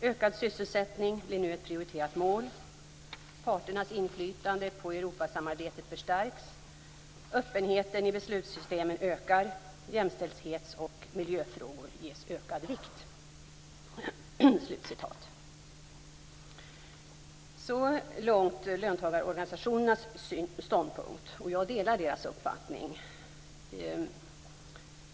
Ökad sysselsättning blir nu ett prioriterat mål, parternas inflytande på europasamarbetet förstärks, öppenheten i beslutssystemen ökar, jämställdhets och miljöfrågor ges ökad vikt." Så långt löntagarorganisationernas ståndpunkt. Jag delar deras uppfattning.